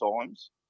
times